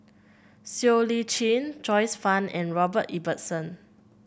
Siow Lee Chin Joyce Fan and Robert Ibbetson